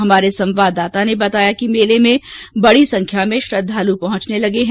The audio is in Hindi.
हमारे करौली संवाददाता ने बतायाकि मेले में बड़ी संख्या में श्रद्धालू पहुंचने लगे हैं